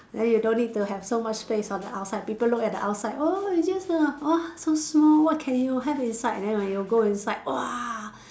then you don't need to have so much space on the outside people look at the outside oh it's just a oh so small what can you have inside and then when you go inside !wah!